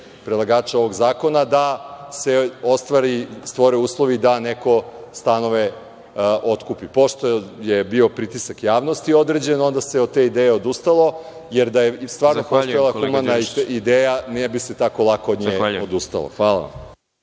predlagača ovog zakona da se stvore uslovi da neko stanove otkupi. Pošto je bio pritisak javnosti, onda se od te ideje odustalo, jer i da je stvarno postojala humana ideja, ne bi se tako lako od nje odustalo. Hvala.